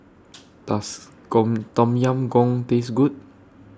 Does Goong Tom Yam Goong Taste Good